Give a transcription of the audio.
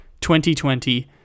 2020